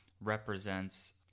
represents